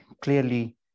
clearly